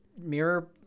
mirror